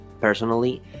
personally